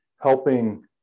helping